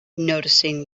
noticing